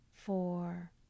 four